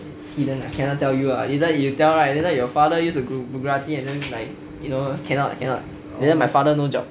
hidden lah cannot tell you lah later you tell right later your father use the bugatti then like cannot cannot later my father no job